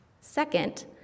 Second